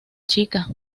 chica